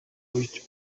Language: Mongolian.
үед